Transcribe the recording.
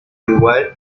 igual